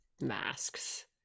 masks